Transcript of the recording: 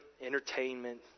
entertainment